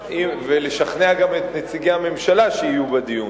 ולשכנע גם את נציגי הממשלה שיהיו בדיון,